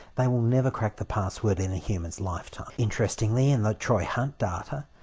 they will never crack the password in a human's life time. interestingly in the troy hunt data,